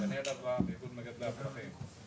דניאל אברהם, מאיגוד מגדלי הפרחים.